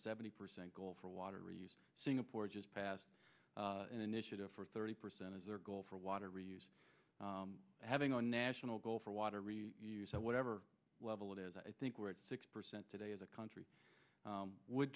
seventy percent goal for water use singapore just passed an initiative for thirty percent of their goal for water use having a national goal for water so whatever level it is i think we're at six percent today as a country would